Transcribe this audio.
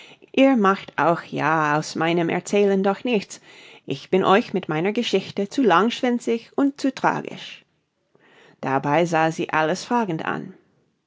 ihr macht euch ja aus meinem erzählen doch nichts ich bin euch mit meiner geschichte zu langschwänzig und zu tragisch dabei sah sie alice fragend an